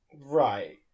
right